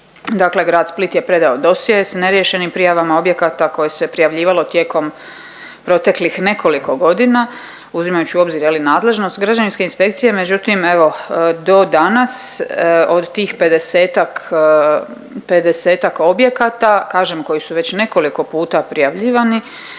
Dakle Grad Split je predao dosje s neriješenim prijavama objekata koje se prijavljivalo tijekom proteklih nekoliko godina uzimajući u obzir, je li, nadležnost građevinske inspekcije, međutim, evo do danas od tih 50-ak, 50-ak objekata, kažem, koji su već nekoliko puta prijavljivani,